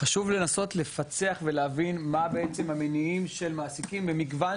חשוב לנסות לפצח ולהבין מה בעצם המניעים של מעסיקים במגוון